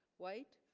white